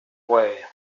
way